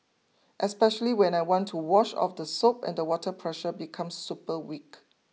especially when I want to wash off the soap and the water pressure becomes super weak